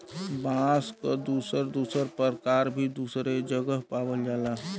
बांस क दुसर दुसर परकार भी दुसरे जगह पावल जाला